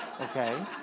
okay